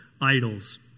idols